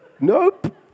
Nope